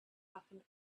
happen